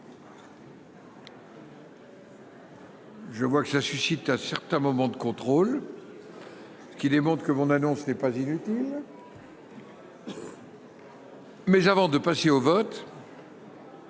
Je vois que ça suscite à certains moments de contrôle qui démontre que mon annonce n'est pas inutile. Mais avant de passer au vote.